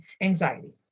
anxiety